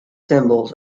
symbols